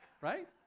Right